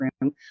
room